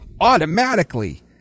automatically